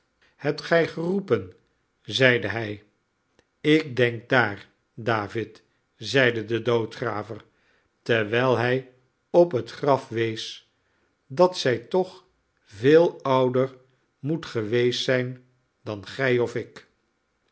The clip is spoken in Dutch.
hebt gij geroepen zeide hij ik denk daar david zeide de doodgraver terwijl hij op het graf wees dat zij toch veel ouder moet geweest zijn dan gij of ik